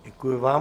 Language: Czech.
Děkuji vám.